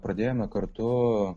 pradėjome kartu